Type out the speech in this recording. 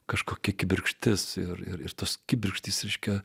kažkokia kibirkštis ir ir tos kibirkštys ryškios